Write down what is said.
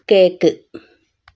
cake